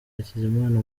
hakizimana